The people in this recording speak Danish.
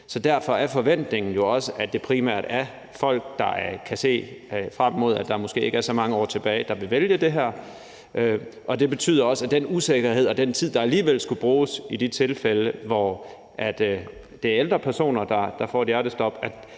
Så derfor er forventningen jo også, at det primært er folk, der kan se frem mod, at der måske ikke er så mange år tilbage, der vil vælge det her. Det betyder også i forhold til den usikkerhed og den tid, der skulle bruges i de tilfælde, hvor det er ældre personer, der får et hjertestop,